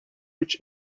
which